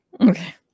Okay